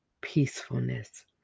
peacefulness